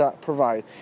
provide